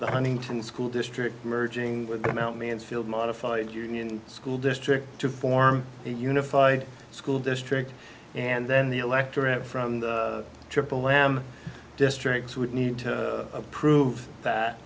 the huntington school district merging with the mt mansfield modified union school district to form a unified school district and then the electorate from the triple whammy districts would need to prove